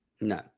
no